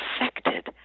affected